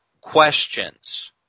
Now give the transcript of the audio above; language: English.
questions